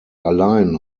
allein